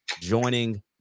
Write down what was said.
joining